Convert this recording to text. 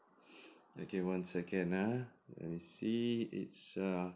okay one second ah let me see it's err